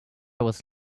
was